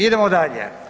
Idemo dalje.